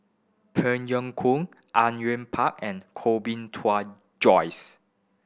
Phey Yew Kok Au Yue Pak and Koh Bee Tuan Joyce